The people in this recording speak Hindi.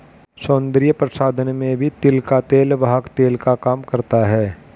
सौन्दर्य प्रसाधन में भी तिल का तेल वाहक तेल का काम करता है